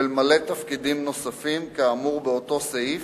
ולמלא תפקידים נוספים כאמור באותו סעיף,